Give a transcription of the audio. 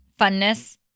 Funness